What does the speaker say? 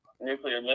nuclear